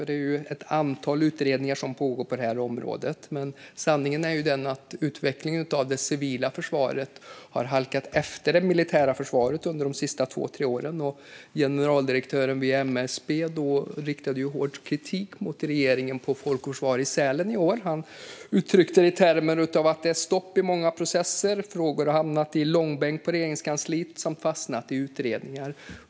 Det är nämligen ett antal utredningar som pågår på detta område. Men sanningen är att utvecklingen av det civila försvaret har halkat efter det militära försvaret under de senaste två tre åren. Och generaldirektören vid MSB riktade hård kritik mot regeringen på Folk och Försvar i Sälen i år. Han uttryckte det i termer av att det är stopp i många processer och att frågor har hamnat i långbänk på Regeringskansliet samt fastnat i utredningar.